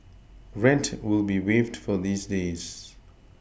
rent will be waived for these days